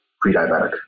pre-diabetic